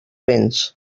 béns